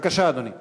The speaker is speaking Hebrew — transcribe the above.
אדוני היושב-ראש,